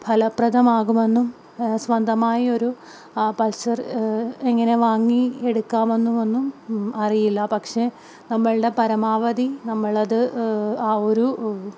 ഫലപ്രദമാകുമെന്നും സ്വന്തമായൊരു ആ പൾസർ എങ്ങനെ വാങ്ങി എടുക്കാമെന്നും ഒന്നും അറിയില്ല പക്ഷേ നമ്മളുടെ പരമാവധി നമ്മൾ അത് ആ ഒരു